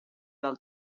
del